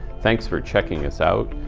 thanks for checking us out.